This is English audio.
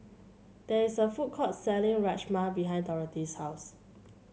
there is a food court selling Rajma behind Dorothy's house